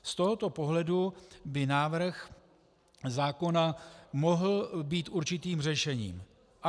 Z tohoto pohledu by návrh zákona mohl být určitým řešením.